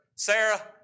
Sarah